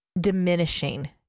diminishing